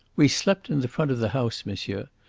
we slept in the front of the house, monsieur,